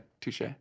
Touche